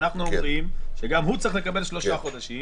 ואנחנו אומרים שגם הוא צריך לקבל שלושה חודשים